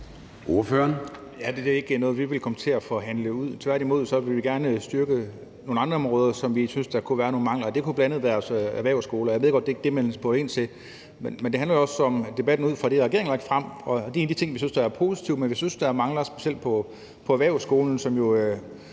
det er da ikke noget, vi vil komme til at forhandle ud. Tværtimod vil vi gerne styrke nogle andre områder, som vi synes der kunne være nogle mangler på, og det kunne bl.a. være erhvervsskolerne. Og jeg ved godt, det ikke er det, man spurgte ind til, men det handler jo også om debatten ud fra det, regeringen har lagt frem. Det er en af de ting, vi synes er positive, men vi synes, at der mangler noget, specielt på erhvervsskolerne, som jo